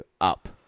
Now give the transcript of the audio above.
up